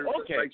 Okay